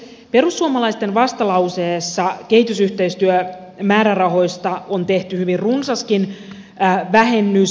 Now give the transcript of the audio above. perussuomalaisten vastalauseessa kehitysyhteistyömäärärahoista on tehty hyvin runsaskin vähennys